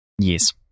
yes